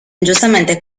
ingiustamente